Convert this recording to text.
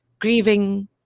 grieving